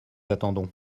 attendons